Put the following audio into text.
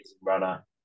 runner